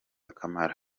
akamaro